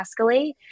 escalate